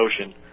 Ocean